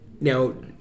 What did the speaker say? Now